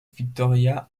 victoria